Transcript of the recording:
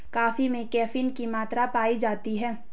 coffee में caffeine की मात्रा पाई जाती है